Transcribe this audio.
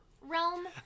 realm